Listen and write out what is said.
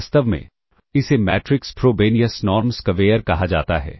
वास्तव में इसे मैट्रिक्स फ्रोबेनियस नॉर्म स्क्वेयर कहा जाता है